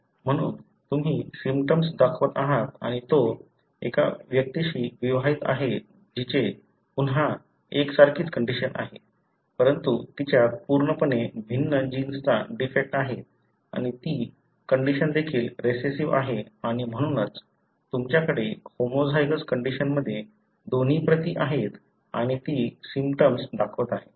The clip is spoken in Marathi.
म्हणून तुम्ही सिम्पटम्स दाखवत आहात आणि तो एका व्यक्तीशी विवाहित आहे जिचे पुन्हा एकसारखीच कंडिशन आहे परंतु तिच्यात पूर्णपणे भिन्न जीन्सचा डिफेक्ट आहे आणि ती कंडिशन देखील रिसेसिव्ह आहे आणि म्हणूनच तुमच्याकडे होमोझायगोस कंडिशनमध्ये दोन्ही प्रती आहेत आणि ती सिम्पटम्स दाखवत आहे